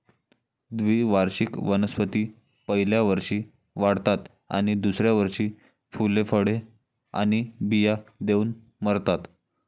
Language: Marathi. द्विवार्षिक वनस्पती पहिल्या वर्षी वाढतात आणि दुसऱ्या वर्षी फुले, फळे आणि बिया देऊन मरतात